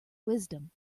wisdom